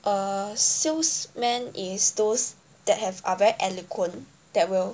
uh salesmen is those that have are very eloquent that will